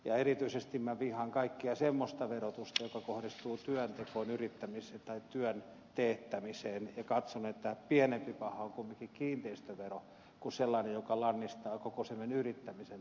ja erityisesti minä vihaan kaikkea semmoista verotusta joka kohdistuu työntekoon yrittämiseen tai työn teettämiseen ja katson että pienempi paha on kumminkin kiinteistövero kuin sellainen joka lannistaa koko yrittämisen tahdon